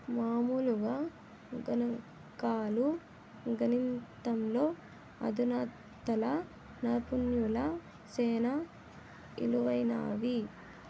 మామూలుగా గణంకాలు, గణితంలో అధునాతన నైపుణ్యాలు సేనా ఇలువైనవి